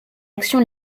action